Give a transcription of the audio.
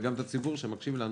וגם את הציבור שמקשיב לנו